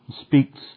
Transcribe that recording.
speaks